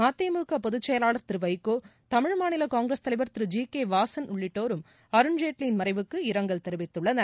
மதிமுக பொதுச்செயலாளர் திருவைகோ தமிழ் மாநில காங்கிரஸ் தலைவர் திரு ஜி கே வாசன் உள்ளிட்டோரும் அருண்ஜேட்லியின் மறைவுக்கு இரங்கல் தெரிவித்துள்ளனர்